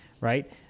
right